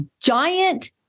giant